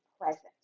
present